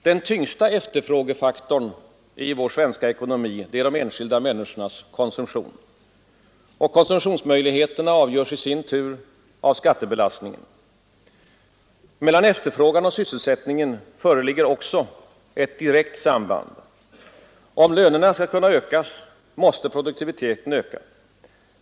Den tyngsta efterfrågefaktorn i vår svenska ekonomi är de enskilda människornas konsumtion, och konsumtionsmöjligheterna avgörs i sin tur av skattebelastningen. Mellan efterfrågan och sysselsättningen föreligger också ett direkt samband. Om lönerna skall kunna ökas, måste produktiviteten öka.